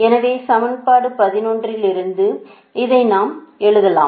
எனவே சமன்பாடு 11 இலிருந்து இதை நாம் எழுதலாம்